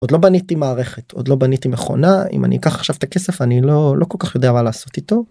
עוד לא בניתי מערכת, עוד לא בניתי מכונה, אם אני אקח עכשיו את הכסף אני לא כל כך יודע מה לעשות איתו.